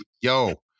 yo